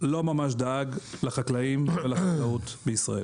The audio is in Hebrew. לא ממש דאג לחקלאים ולחקלאות בישראל.